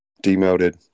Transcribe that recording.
demoted